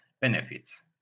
benefits